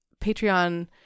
patreon